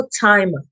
timer